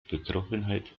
betroffenheit